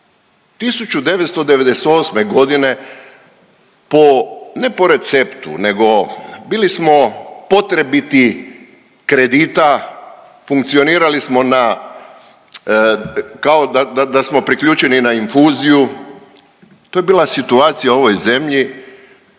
1998.g. po ne po receptu nego bili smo potrebiti kredita, funkcionirali smo kao da smo priključeni ne infuziju, to je bila situacija u ovoj zemlji,